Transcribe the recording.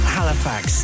Halifax